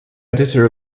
editor